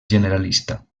generalista